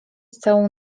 całą